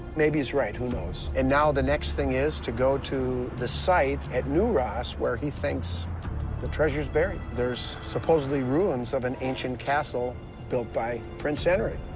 maybe he's right. who knows? and now the next thing is to go to the site at new ross, where he thinks the treasure's buried. there's supposedly ruins of an ancient castle built by prince henry.